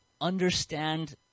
Understand